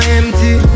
empty